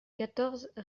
quatorze